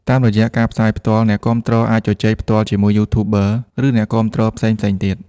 តាមរយៈការផ្សាយផ្ទាល់ អ្នកគាំទ្រអាចជជែកផ្ទាល់ជាមួយ YouTuber និងអ្នកគាំទ្រផ្សេងៗទៀត។